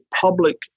public